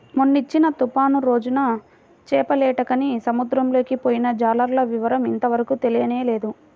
మొన్నొచ్చిన తుఫాను రోజున చేపలేటకని సముద్రంలోకి పొయ్యిన జాలర్ల వివరం ఇంతవరకు తెలియనేలేదు